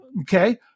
Okay